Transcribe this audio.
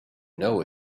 know